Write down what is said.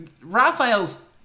Raphaels